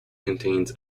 contains